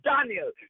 Daniel